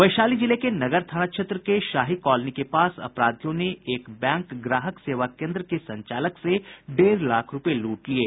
वैशाली जिले के नगर थाना क्षेत्र के शाही कॉलोनी के पास अपराधियों ने एक बैंक ग्राहक सेवा केन्द्र के संचालक से डेढ़ लाख रूपये लूट लिये